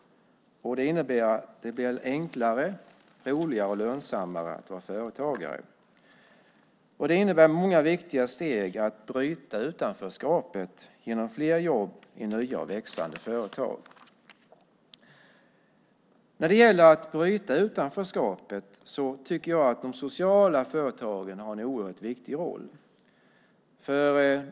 Det blir enklare, roligare och lönsammare att vara företagare. Det innebär många viktiga steg att bryta utanförskapet genom fler jobb i nya och växande företag. När det gäller att bryta utanförskapet har de sociala företagen en viktig roll.